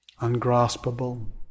ungraspable